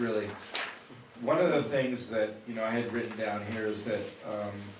really one of those things that you know i've written down here is that